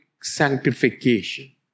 sanctification